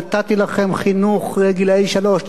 נתתי לכם חינוך לגילאי שלוש,